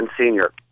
senior